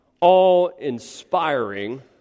all-inspiring